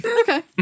Okay